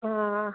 हाँ